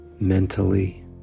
Mentally